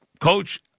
Coach